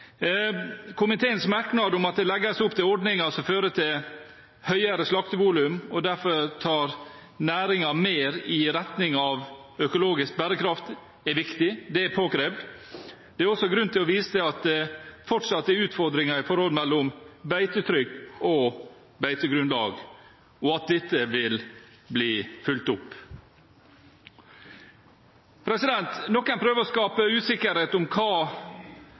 Komiteens merknad om at det legges opp til ordninger som fører til høyere slaktevolum, og dermed tar næringen mer i retning av økologisk bærekraft, er viktig. Det er påkrevd. Det er også grunn til å vise til at det fortsatt er utfordringer i forholdet mellom beitetrykk og beitegrunnlag, og at dette vil bli fulgt opp. Noen prøver å skape usikkerhet om hva